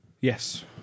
Yes